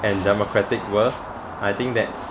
and democratic world I think that